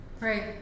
Right